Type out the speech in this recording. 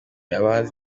abahinzi